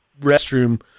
restroom